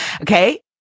Okay